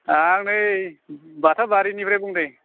आं नै बाताबारिनिफ्राय बुदों